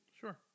Sure